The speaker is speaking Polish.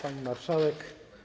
Pani Marszałek!